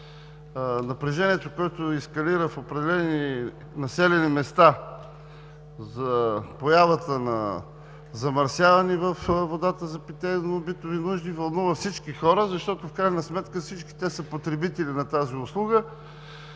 напрежението, което ескалира в определени населени места за появата на замърсяване във водата за питейно-битови нужди, вълнува всички хора. Защото в крайна сметка всички те са потребители на тази услуга.